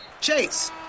Chase